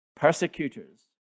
Persecutors